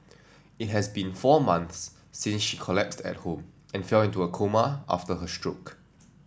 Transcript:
it has been four months since she collapsed at home and fell into a coma after her stroke